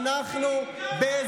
אנחנו נשנה אותו,